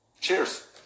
cheers